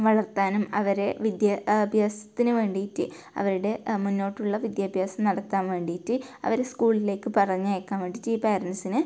വളർത്താനും അവരെ വിദ്യഭ്യാസത്തിന് വേണ്ടിയിട്ട് അവരുടെ മുന്നോട്ടുള്ള വിദ്യാഭ്യാസം നടത്താൻ വേണ്ടിയിട്ട് അവരെ സ്കൂളിലേക്ക് പറഞ്ഞയയ്ക്കാൻ വേണ്ടിയിട്ട് ഈ പാരൻറ്റ്സിനെ